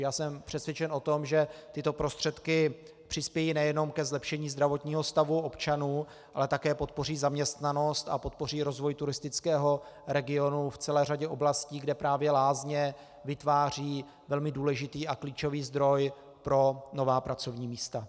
Já jsem přesvědčen o tom, že tyto prostředky přispějí nejenom ke zlepšení zdravotního stavu občanů, ale také podpoří zaměstnanost a podpoří rozvoj turistického regionu v celé řadě oblastí, kde právě lázně vytvářejí velmi důležitý a klíčový zdroj pro nová pracovní místa.